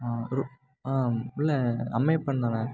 ஆ ஒரு ஆ இல்லை அம்மையப்பன் தாண்ணா